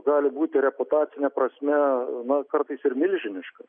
gali būti reputacine prasme na kartais ir milžiniška